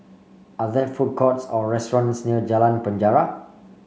are there food courts or restaurants near Jalan Penjara